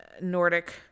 nordic